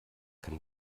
kann